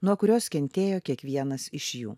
nuo kurios kentėjo kiekvienas iš jų